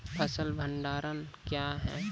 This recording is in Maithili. फसल भंडारण क्या हैं?